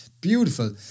Beautiful